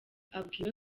abwiwe